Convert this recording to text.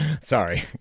Sorry